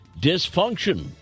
dysfunction